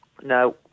No